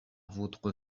votre